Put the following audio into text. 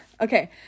okay